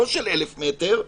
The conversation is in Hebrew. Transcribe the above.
לא של 1,000 מטר,